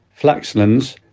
Flaxlands